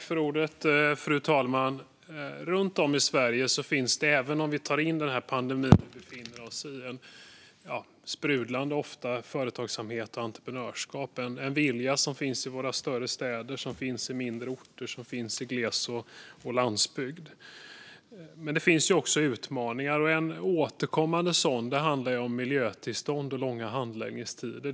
Fru talman! Runt om i Sverige finns det, även under pandemin vi nu befinner oss i, ofta sprudlande företagsamhet och entreprenörskap. Det finns en vilja i våra större städer, på mindre orter, i glesbygd och på landsbygd. Men det finns också utmaningar. En återkommande sådan handlar om miljötillstånd och långa handläggningstider.